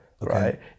right